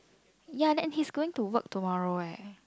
ya and he's going to work tomorrow eh